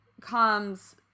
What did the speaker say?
comes